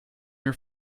your